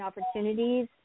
opportunities